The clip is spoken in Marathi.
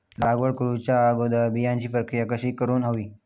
लागवड करूच्या अगोदर बिजाची प्रकिया कशी करून हवी?